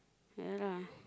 ya lah